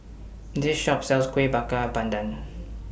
This Shop sells Kuih Bakar Pandan